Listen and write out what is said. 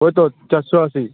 ওই তো চারশো আশি